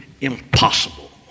impossible